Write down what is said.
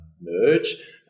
merge